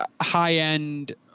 high-end